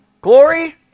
glory